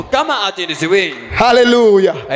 Hallelujah